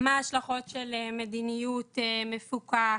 מה ההשלכות של מדיניות מפוקחת,